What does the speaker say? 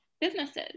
businesses